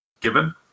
given